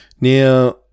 Now